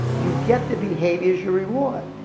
you get the behaviors you reward.